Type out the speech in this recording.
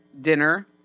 dinner